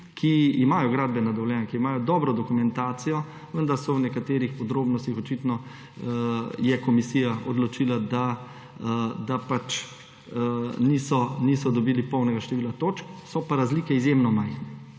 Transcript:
ki imajo gradbena dovoljenja, ki imajo dobro dokumentacijo, vendar je v nekaterih podrobnostih očitno komisija odločila, da niso dobili polnega števila točk, so pa razlike izjemno majhne.